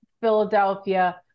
Philadelphia